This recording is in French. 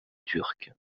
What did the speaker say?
turque